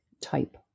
type